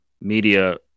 media